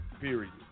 period